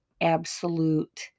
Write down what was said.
absolute